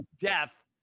death